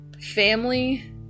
family